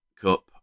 Cup